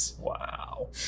Wow